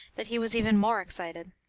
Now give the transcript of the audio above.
that he was even more excited.